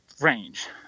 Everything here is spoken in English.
range